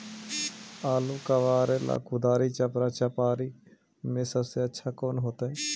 आलुआ कबारेला कुदारी, चपरा, चपारी में से सबसे अच्छा कौन होतई?